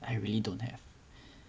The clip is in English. I really don't have